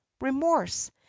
remorse